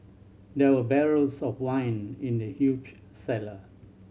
there were barrels of wine in the huge cellar